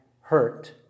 hurt